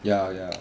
ya ya